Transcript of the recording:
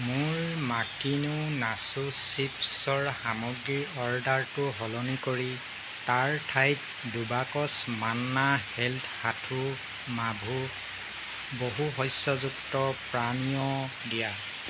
মোৰ মাকিনো নাছো চিপ্ছৰ সামগ্ৰীৰ অৰ্ডাৰটো সলনি কৰি তাৰ ঠাইত দুই বাকচ মান্না হেল্থ সাথু মাভু বহুশস্যযুক্ত পানীয় দিয়া